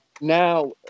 now